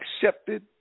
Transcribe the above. accepted